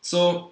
so